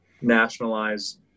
nationalize